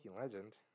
legend